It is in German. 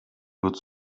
wird